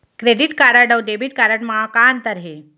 Credit card अऊ debit card मा का अंतर होथे?